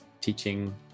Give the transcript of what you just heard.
teaching